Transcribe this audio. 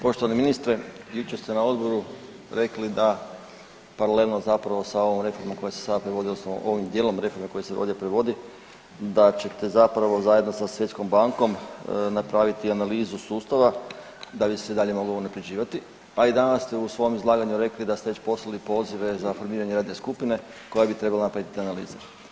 Poštovani ministre, jučer ste na odboru rekli da paralelno zapravo sa ovom reformom koja se sad … odnosno ovim dijelom reforme koja se ovdje provodi da ćete zapravo zajedno sa Svjetskom bankom napraviti analizu sustava da bi se dalje mogao unapređivati, a i danas ste u svom izlaganju rekli da ste već poslali pozive za formiranje radne skupine koja bi trebala napraviti analize.